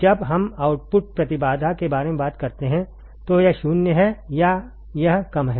जब हम आउटपुट प्रतिबाधा के बारे में बात करते हैं तो यह 0 है या यह कम है